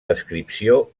descripció